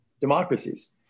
democracies